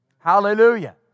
Hallelujah